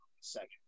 second